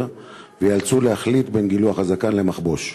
וייאלצו להחליט בין גילוח הזקן למחבוש.